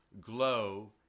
Glow